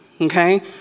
okay